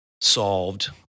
solved